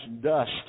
dust